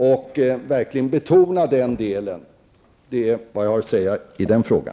Vi vill verkligen betona detta. Det är vad jag har att säga i den frågan.